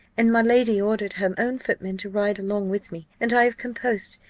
and my lady ordered her own footman to ride along with me and i have come post,